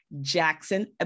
Jackson